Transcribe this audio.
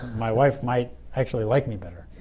my wife might actually like me better